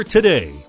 Today